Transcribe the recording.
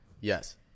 Yes